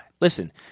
Listen